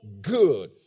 good